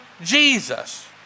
Jesus